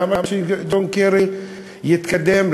למה שג'ון קרי יתקדם?